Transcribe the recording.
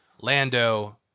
Lando